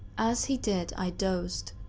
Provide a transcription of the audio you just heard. as he did, i dozed,